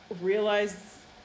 realize